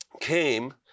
came